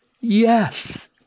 yes